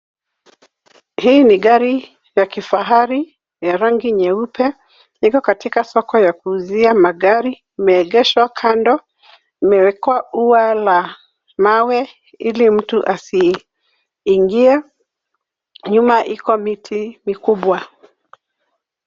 Hii ni gari ya kifahari ya rangi nyeupe, iko katika soko ya kuuzia magari, imeegeshwa kando, imewekwa ua la mawe ili mtu asiingie. Nyuma iko miti mikubwa.